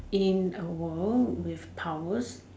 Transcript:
in a world with powers